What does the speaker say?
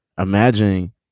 imagine